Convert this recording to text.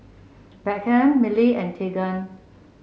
Beckham Millie and Tegan